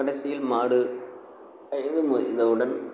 கடைசியில் மாடு வயது முதிர்ந்த உடன்